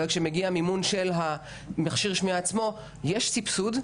אבל ברגע שמגיע המכשיר שמיעה עצמו יש סבסוד,